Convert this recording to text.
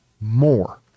more